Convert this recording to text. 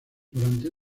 durante